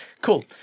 Cool